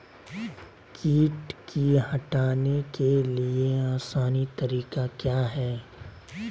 किट की हटाने के ली आसान तरीका क्या है?